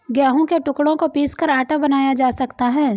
गेहूं के टुकड़ों को पीसकर आटा बनाया जा सकता है